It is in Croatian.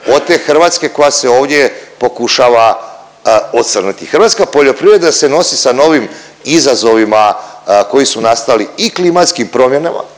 od te Hrvatske koja se ovdje pokušava ocrniti. Hrvatska poljoprivreda se nosi sa novim izazovima koji su nastali i klimatskim promjenama,